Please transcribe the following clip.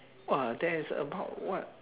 !wah! there is about what